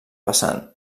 vessant